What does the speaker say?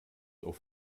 auf